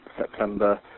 September